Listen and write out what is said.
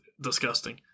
disgusting